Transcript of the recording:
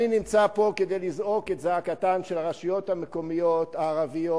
אני נמצא פה כדי לזעוק את זעקתן של הרשויות המקומיות הערביות,